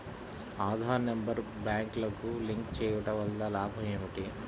Aadhaar number బ్యాంక్నకు link చేయుటవల్ల లాభం ఏమిటి?